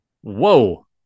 Whoa